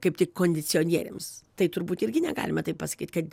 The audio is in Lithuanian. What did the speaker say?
kaip tik kondicionieriams tai turbūt irgi negalima taip pasakyt kad